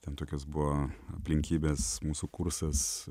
ten tokios buvo aplinkybės mūsų kursas